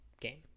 game